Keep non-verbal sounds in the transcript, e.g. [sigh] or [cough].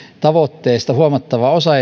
tavoitteesta huomattava osa [unintelligible]